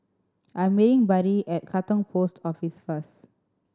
I'm meeting Buddy at Katong Post Office first